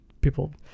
people